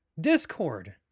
Discord